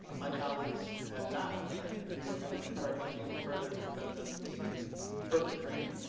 my colleagues have not yet, and we're going to cut our budget even further to prevent them from getting even further training.